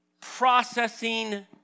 processing